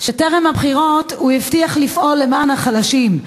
שטרם הבחירות הבטיח לפעול למען החלשים,